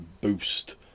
boost